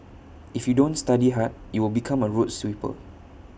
if you don't study hard you will become A road sweeper